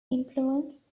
influence